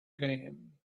game